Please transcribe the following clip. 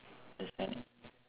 the sign